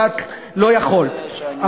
ואת לא יכולת.